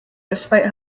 despite